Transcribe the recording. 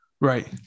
Right